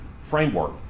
framework